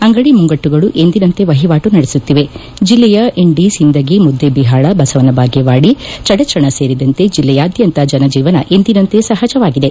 ಅಂಗಡಿ ಮುಂಗಟ್ಟುಗಳು ಎಂದಿನಂತೆ ವಹಿವಾಟು ನಡೆಸುತ್ತಿವೆಜಿಲ್ಲೆಯ ಇಂಡಿಸಿಂದಗಿ ಮುದ್ದೇಜಿಪಾಳ ಬಸವನಬಾಗೇವಾಡಿ ಚಡಚಾ ಸೇರಿದಂತೆ ಜಿಲ್ಲೆಯಾದ್ಯಂತ ಜನಜೀವನ ಎಂದಿನಂತೆ ಸಹಜವಾಗಿದೆ